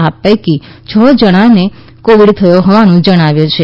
આ પૈકી છ જણાને કોવીડ થયો હોવાનું જણાવ્યું છે